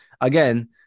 again